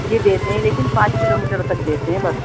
جی دیتے ہیں لیکن پانچ کلو میٹر تک دیتے ہیں بس